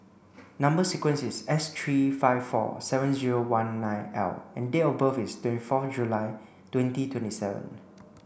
number sequence is S three five four seven zero one nine L and date of birth is twenty four July twenty twenty seven